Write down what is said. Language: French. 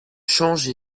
change